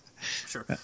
Sure